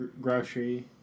grocery